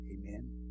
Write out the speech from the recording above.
Amen